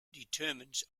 determines